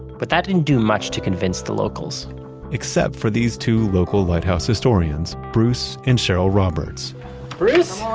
but that didn't do much to convince the locals except for these two local lighthouse historians, bruce and cheryl roberts bruce?